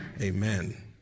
Amen